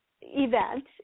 event